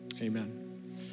Amen